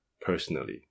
personally